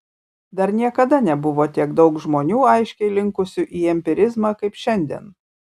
dar niekada nebuvo tiek daug žmonių aiškiai linkusių į empirizmą kaip šiandien